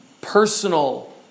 personal